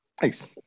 Thanks